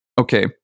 okay